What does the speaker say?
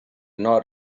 not